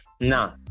No